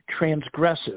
transgressive